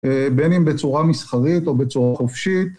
בין אם בצורה מסחרית או בצורה חופשית.